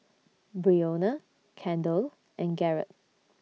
Breonna Kendell and Garett